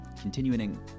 continuing